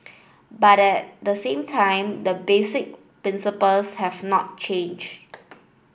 but at the same time the basic principles have not changed